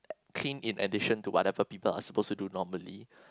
clean in addition to whatever people are supposed to do normally